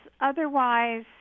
otherwise